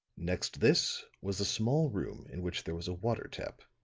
next this was a small room in which there was a water tap.